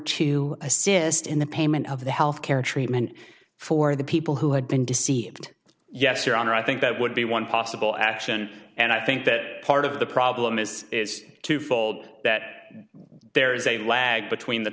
to assist in the payment of the health care treatment for the people who had been deceived yes your honor i think that would be one possible action and i think that part of the problem is is twofold that there is a lag between the